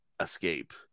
escape